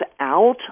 out